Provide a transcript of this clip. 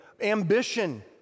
Ambition